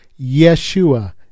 Yeshua